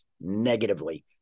negatively